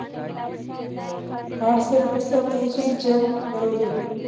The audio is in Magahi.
कार्ड से पैसा कुंसम चेक करोगी?